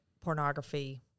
pornography